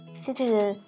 citizen